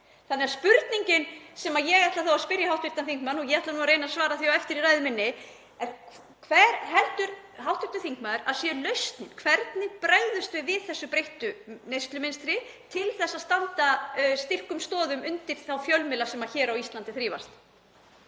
Þannig að spurningin sem ég ætla að spyrja hv. þingmann, og ég ætla að reyna að svara á eftir í ræðu minni, er: Hver heldur hv. þingmaður að sé lausnin? Hvernig bregðumst við við þessu breytta neyslumynstri til þess að renna styrkum stoðum undir þá fjölmiðla sem hér á Íslandi þrífast?